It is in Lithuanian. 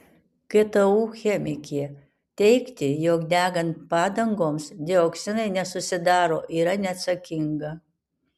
ktu chemikė teigti jog degant padangoms dioksinai nesusidaro yra neatsakinga